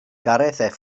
gareth